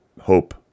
hope